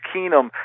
Keenum